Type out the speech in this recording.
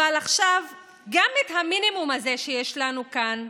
אבל עכשיו גם את המינימום הזה שיש לנו כאן,